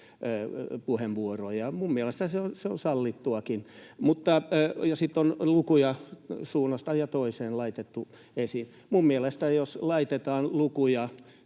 puheenvuoroja, ja minun mielestäni se on sallittuakin, ja sitten on lukuja suuntaan ja toiseen laitettu. Jos laitetaan lukuja,